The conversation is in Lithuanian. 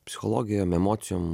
psichologija emocijom